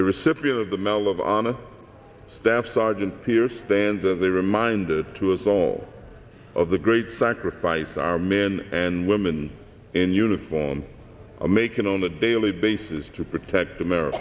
recipient of the medal of honor staff sergeant pierce than that they reminded to us all of the great sacrifice our men and women in uniform i'm making on a daily bases to protect america